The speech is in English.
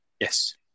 Yes